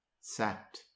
sat